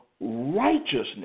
righteousness